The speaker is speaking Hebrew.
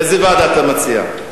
איזו ועדה אתה מציע?